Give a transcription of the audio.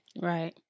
Right